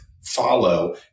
follow